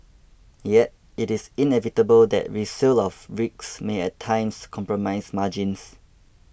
yet it is inevitable that resale of rigs may at times compromise margins